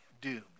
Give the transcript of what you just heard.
doomed